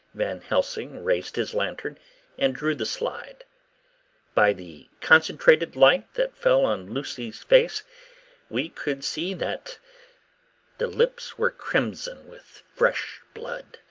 van helsing raised his lantern and drew the slide by the concentrated light that fell on lucy's face we could see that the lips were crimson with fresh blood,